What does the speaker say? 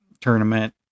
tournament